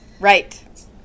Right